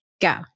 Go